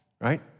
right